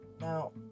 Now